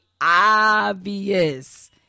obvious